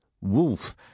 Wolf